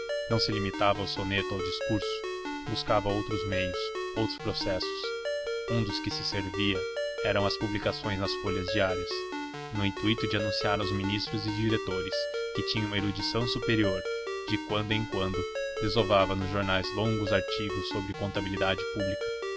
não se limitava ao soneto ao discurso buscava outros meios outros processos no intuito de anunciar aos ministros e diretores que tinha uma erudição superior de quando em quando desovava nos jornais longos artigos sobre contabilidade pública